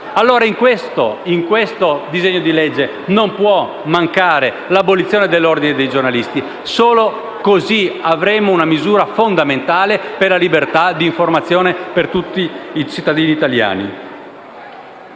In questo disegno di legge non può mancare l'abolizione dell'Ordine dei giornalisti. Solo così avremo una misura fondamentale per la libertà di informazione per tutti i cittadini italiani.